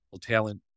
talent